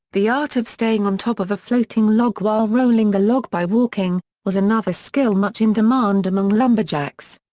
the art of staying on top of a floating log while rolling the log by walking, was another skill much in demand among lumberjacks.